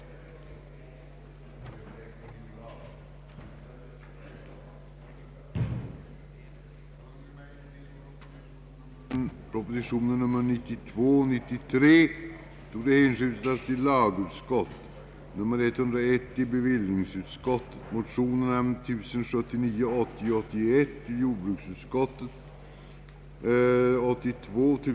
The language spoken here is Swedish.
skulle besluta att i skrivelse till Kungl. Maj:t anhålla, att frågan om permanent